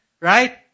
Right